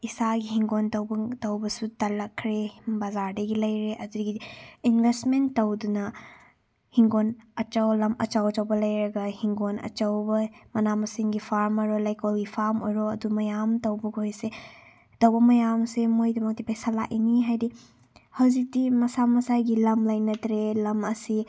ꯏꯁꯥꯒꯤ ꯍꯤꯡꯒꯣꯟ ꯇꯧꯕꯁꯨ ꯇꯜꯂꯛꯈ꯭ꯔꯦ ꯕꯖꯥꯔꯗꯒꯤ ꯂꯩꯔꯦ ꯑꯗꯨꯒꯤ ꯏꯟꯚꯦꯁꯃꯦꯟ ꯇꯧꯗꯅ ꯍꯤꯡꯒꯣꯟ ꯂꯝ ꯑꯆꯧ ꯑꯆꯧꯕ ꯂꯩꯔꯒ ꯍꯤꯡꯒꯣꯟ ꯑꯆꯧꯕ ꯃꯅꯥ ꯃꯁꯤꯡꯒꯤ ꯐꯥꯔꯝ ꯑꯣꯏꯔꯣ ꯂꯩꯀꯣꯜꯒꯤ ꯐꯥꯔꯝ ꯑꯣꯏꯔꯣ ꯑꯗꯨ ꯃꯌꯥꯝ ꯇꯧꯕ ꯈꯣꯏꯁꯦ ꯇꯧꯕ ꯃꯌꯥꯝꯁꯦ ꯃꯣꯏꯒꯤꯗꯃꯛꯇꯤ ꯄꯩꯁꯥ ꯂꯥꯛꯏꯅꯤ ꯍꯥꯏꯗꯤ ꯍꯧꯖꯤꯛꯇꯤ ꯃꯁꯥ ꯃꯁꯥꯒꯤ ꯂꯝ ꯂꯩꯅꯗ꯭ꯔꯦ ꯂꯝ ꯑꯁꯤ